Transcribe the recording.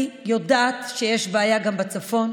אני יודעת שיש גם בעיה בצפון,